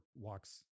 walks